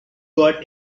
got